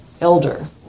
Elder